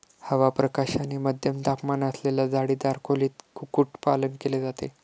हवा, प्रकाश आणि मध्यम तापमान असलेल्या जाळीदार खोलीत कुक्कुटपालन केले जाते